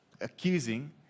accusing